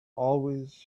always